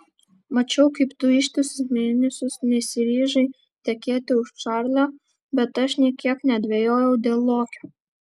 mačiau kaip tu ištisus mėnesius nesiryžai tekėti už čarlio bet aš nė kiek nedvejojau dėl lokio